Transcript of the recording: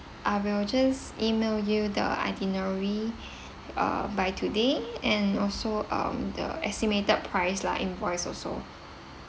I will just E-mail you the itinerary uh by today and also um the estimated price lah invoice also